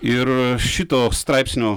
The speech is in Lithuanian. ir šito straipsnio